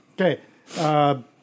Okay